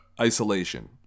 isolation